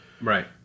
right